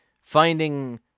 finding